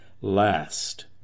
last